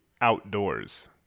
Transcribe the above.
outdoors